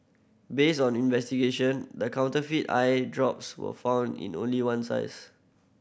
based on investigation the counterfeit eye drops were found in only one size